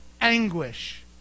anguish